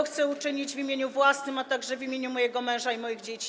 Chcę to uczynić w imieniu własnym, a także w imieniu mojego męża i moich dzieci.